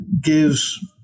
gives